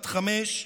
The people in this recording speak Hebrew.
בת חמש,